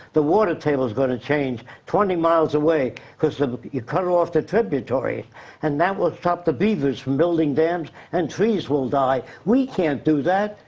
the water table's gonna change twenty miles away, cause you cut off the tributary and that will stop the beavers from building dams, and trees will die. we can't do that,